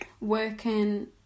working